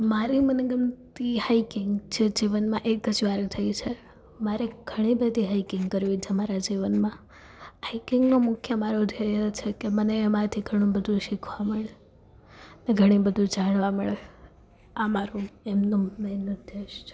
મારે મનગમતી હાઇકિંગ જે જીવનમાં એક જ વાર થઈ છે મારે ઘણી બધી હાઇકિંગ કરવી છે મારા જીવનમાં હાઇકિંગનો મુખ્ય મારો ધ્યેય છે કે મને એમાંથી ઘણું બધું શીખવા મળે અને ઘણું બધું જાણવા મળે આ મારો એમનો મેન ઉદ્દેશ છે